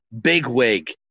bigwig